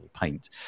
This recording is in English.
paint